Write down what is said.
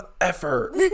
effort